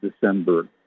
December